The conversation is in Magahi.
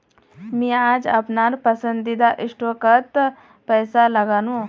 मी आज अपनार पसंदीदा स्टॉकत पैसा लगानु